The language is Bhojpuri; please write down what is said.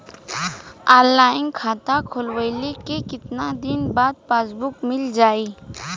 ऑनलाइन खाता खोलवईले के कितना दिन बाद पासबुक मील जाई?